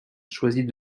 choisit